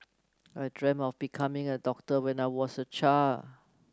I dreamt of becoming a doctor when I was a child